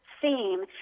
theme